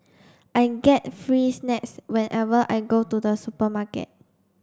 I get free snacks whenever I go to the supermarket